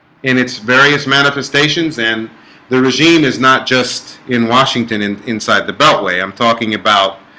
in its various manifestations, and the regime is not just in washington and inside the beltway. i'm talking about